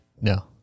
No